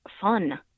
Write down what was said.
fun